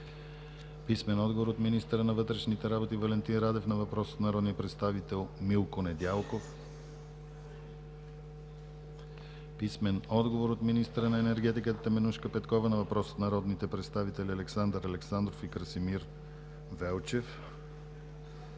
Николай Цонков; - министъра на вътрешните работи Валентин Радев на въпрос от народния представите Милко Недялков; - министъра на енергетиката Теменужка Петкова на въпрос от народните представители Александър Александров и Красимир Велчев;